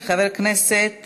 חבר הכנסת